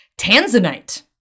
Tanzanite